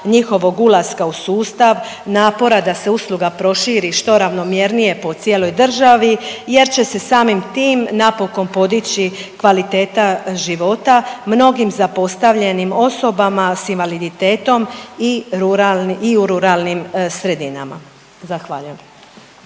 njihovog ulaska u sustav, napora da se usluga proširi što ravnomjernije po cijeloj državi jer će se samim tim napokon podići kvaliteta života mnogim zapostavljenim osobama s invaliditetom i rural…, i u ruralnim sredinama. Zahvaljujem.